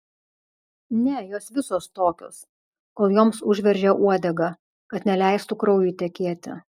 ne jos visos tokios kol joms užveržia uodegą kad neleistų kraujui tekėti